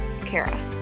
Kara